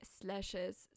slashes